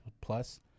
plus